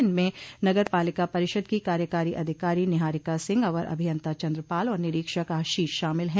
इनमें नगरपालिका परिषद की कार्यकारी अधिकारी नीहारिका सिंह अवर अभियंता चन्द्रंपाल और निरीक्षक आशीष शामिल हैं